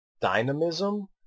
dynamism